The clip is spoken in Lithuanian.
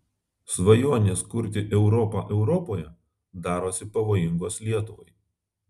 svajonės kurti europą europoje darosi pavojingos lietuvai